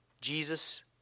Jesus